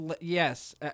Yes